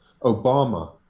Obama